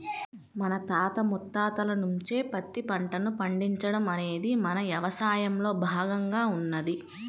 మన తాత ముత్తాతల నుంచే పత్తి పంటను పండించడం అనేది మన యవసాయంలో భాగంగా ఉన్నది